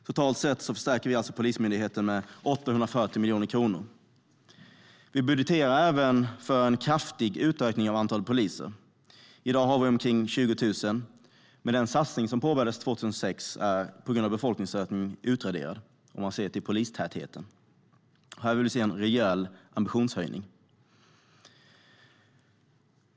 Totalt sett stärker vi alltså Polismyndigheten med 840 miljoner kronor. Vi budgeterar även för en kraftig utökning av antalet poliser. I dag har vi omkring 20 000. Den satsning som påbörjades 2006 är utraderad på grund av befolkningsökningen, om man ser till polistätheten. Här vill vi se en rejäl ambitionshöjning.